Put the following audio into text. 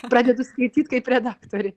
pradedu skaityt kaip redaktorė